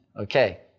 okay